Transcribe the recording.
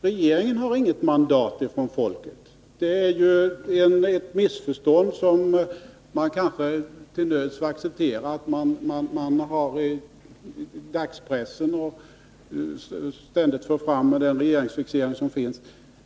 Regeringen har inget mandat från folket; det är ett missförstånd som man kanske till nöds får acceptera att dagspressen ständigt för fram med den regeringsfixering som finns.